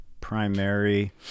primary